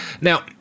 Now